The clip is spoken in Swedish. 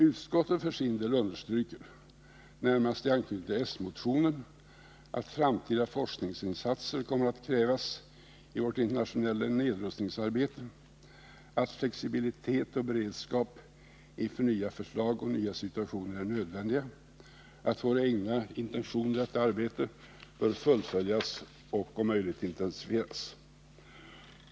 Utskottet för sin del understryker, närmast i anknytning till s-motionen, att framtida forskningsinsatser kommer att krävas i vårt internationella nedrustningsarbete, att flexibilitet och beredskap inför nya förslag och nya situationer är nödvändiga, att våra egna insatser i detta arbete bör fullföljas och om möjligt intensifieras.